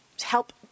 help